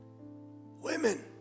Women